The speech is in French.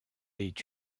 est